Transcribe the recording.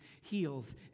heals